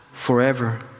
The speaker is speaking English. forever